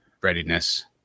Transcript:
readiness